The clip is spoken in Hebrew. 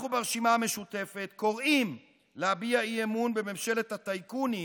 אנחנו ברשימה המשותפת קוראים להביע אי-אמון בממשלת הטייקונים,